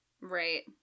Right